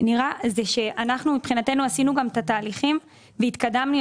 אנחנו מבחינתנו עשינו את התהליכים והתקדמנו.